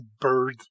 bird